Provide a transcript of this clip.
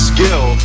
Skill